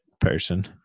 person